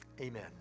Amen